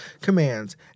commands